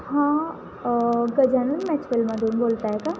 हां गजानन मॅचवेलमधून बोलताय का